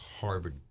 Harvard